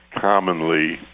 commonly